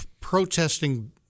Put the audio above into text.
protesting